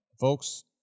folks